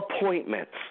appointments